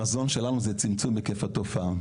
החזון שלנו זה צמצום היקף התופעה,